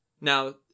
Now